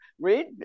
read